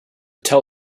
tell